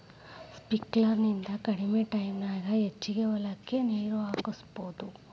sprinkler ನಿಂದ ಕಡಮಿ ಟೈಮನ್ಯಾಗ ಹೆಚಗಿ ಹೊಲಕ್ಕ ನೇರ ಹಾಸಬಹುದು